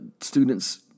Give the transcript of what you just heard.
students